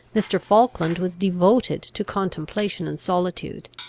mr. falkland was devoted to contemplation and solitude.